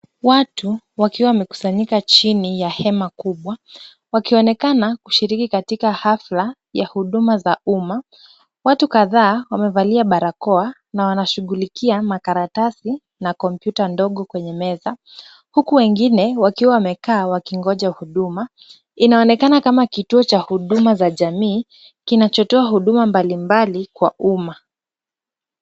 Watu wakiwa wamekusanyika chini ya hema kubwa wakionekana kushiriki katika hafla ya huduma za umma. Watu kadhaa wamevalia barakoa na wanashughulikia makaratasi na kompyuta ndogo kwenye meza, huku wengine wakiwa wamekaa wakingoja huduma. Inaonekana kama kituo cha huduma za jamii kinachotoa huduma mbalimbali kwa umma.